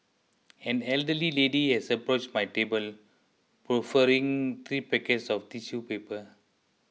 an elderly lady has approached my table proffering three packets of tissue paper